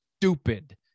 stupid